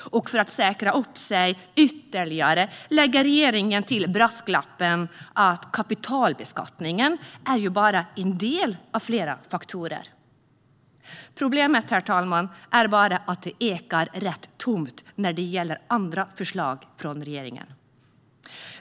Som en ytterligare säkerhetsåtgärd lägger regeringen till brasklappen att kapitalbeskattningen bara är en av flera faktorer. Herr talman! Problemet är bara att det ekar rätt tomt när det gäller andra förslag från regeringen.